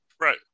Right